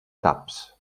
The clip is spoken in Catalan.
taps